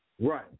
Right